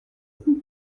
einen